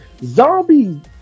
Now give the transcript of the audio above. zombie